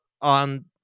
on